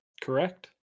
Correct